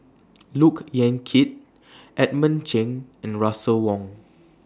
Look Yan Kit Edmund Cheng and Russel Wong